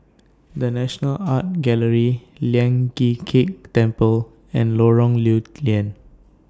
The National Art Gallery Lian Chee Kek Temple and Lorong Lew Lian